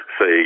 say